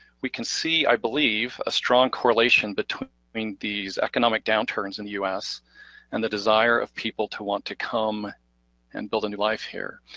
we can see, see, i believe, a strong correlation between i mean these economic downturns in the us and the desire of people to want to come and build a new life here.